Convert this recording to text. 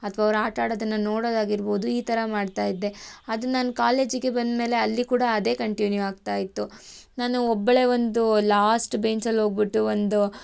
ಅಥವಾ ಅವರು ಆಟ ಆಡೋದನ್ನು ನೋಡುವುದಾಗಿರ್ಬೋದು ಈ ಥರ ಮಾಡ್ತಾ ಇದ್ದೆ ಅದು ನಾನು ಕಾಲೇಜಿಗೆ ಬಂದ್ಮೇಲೆ ಅಲ್ಲಿ ಕೂಡ ಅದೇ ಕಂಟಿನ್ಯೂ ಆಗ್ತಾ ಇತ್ತು ನಾನು ಒಬ್ಬಳೆ ಒಂದು ಲಾಸ್ಟ್ ಬೆಂಚಲ್ಲಿ ಹೋಗಿಬಿಟ್ಟು ಒಂದು